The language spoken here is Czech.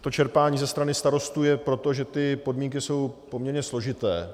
To čerpání ze strany starostů je proto, že ty podmínky jsou poměrně složité.